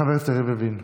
חבר הכנסת יריב לוין.